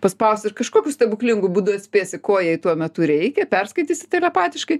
paspausi ir kažkokiu stebuklingu būdu atspėsi ko jai tuo metu reikia perskaitysi telepatiškai